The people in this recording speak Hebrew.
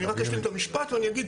אני רק אשלים את המשפט ואני אגיד,